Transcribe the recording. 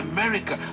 America